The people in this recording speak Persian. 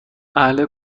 اهل